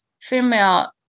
female